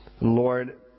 Lord